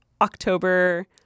October